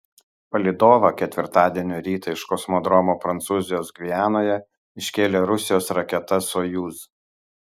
palydovą ketvirtadienio rytą iš kosmodromo prancūzijos gvianoje iškėlė rusijos raketa sojuz